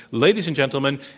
ladies and gentlemen,